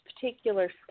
particular